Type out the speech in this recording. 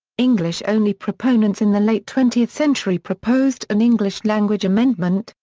english only proponents in the late twentieth century proposed an english language amendment,